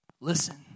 Listen